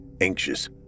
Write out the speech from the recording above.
Anxious